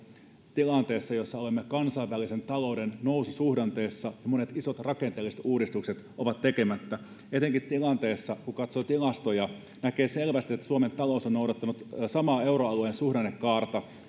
tilanteessa jossa olemme kansainvälisen talouden noususuhdanteessa ja monet isot rakenteelliset uudistukset ovat tekemättä etenkin kun tilastoista näkee selvästi että suomen talous on noudattanut samaa euroalueen suhdannekaarta